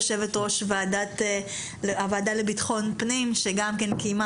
יושבת-ראש הוועדה לביטחון הפנים שגם קיימה